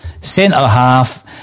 centre-half